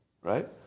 right